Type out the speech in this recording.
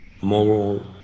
moral